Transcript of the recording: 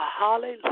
Hallelujah